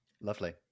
lovely